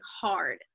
hard